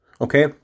Okay